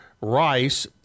Rice